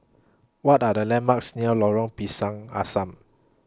What Are The landmarks near Lorong Pisang Asam